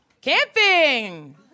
Camping